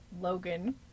Logan